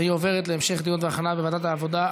לוועדת העבודה,